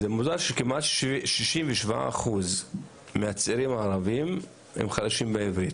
זה מוזר שכמעט 67% מהצעירים הערביים חלשים בעברית.